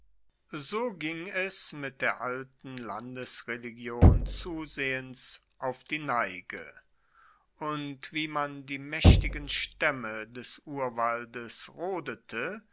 so ging es mit der alten landesreligion zusehends auf die neige und wie man die maechtigen staemme des urwaldes rodete